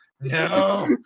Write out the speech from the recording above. No